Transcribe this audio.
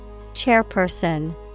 Chairperson